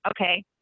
okay